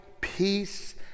peace